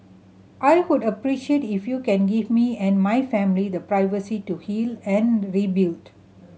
I would appreciate if you can give me and my family the privacy to heal and rebuild